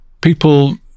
people